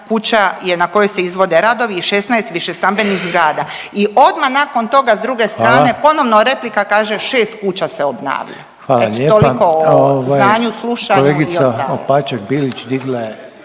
kuća je na kojoj se izvode radovi i 16 višestambenih zgrada. I odmah nakon toga s druge strane …/Upadica: Hvala./… ponovno replika kaže 6 kuća se obnavlja. Eto toliko o znanju, slušanju i ostalom.